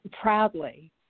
proudly